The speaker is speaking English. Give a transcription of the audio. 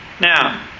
Now